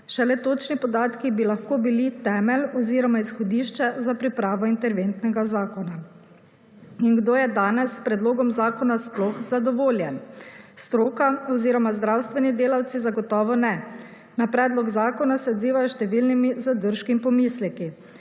Šele točni podatki bi lahko bili temelj oziroma izhodišče za pripravo interventnega zakona. Kdo je danes s predlogom zakona sploh zadovoljen? Stroka oziroma zdravstveni delavci zagotovo ne. Na predlog zakona se odzivajo z številnimi zadržki in pomisleki.